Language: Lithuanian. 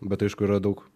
bet aišku yra daug